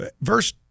verse